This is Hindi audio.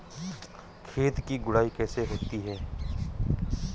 खेत की गुड़ाई कैसे होती हैं?